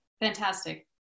Fantastic